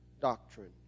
doctrine